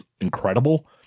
incredible